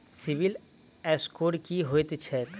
CIBIL score की होइत छैक?